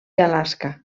alaska